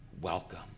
welcome